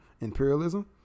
imperialism